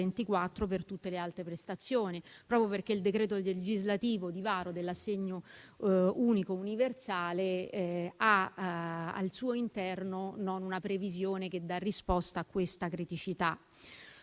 per tutte le altre prestazioni, proprio perché il decreto legislativo di varo dell'assegno unico universale non ha al suo interno una previsione che dà risposta a questa criticità.